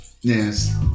yes